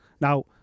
Now